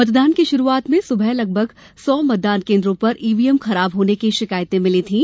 मतदान की शुरुआत में सुबह लगभग सौ मतदान केन्द्रों पर ईवीएम खराब होने की शिकायतें मिलीं थीं